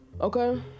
Okay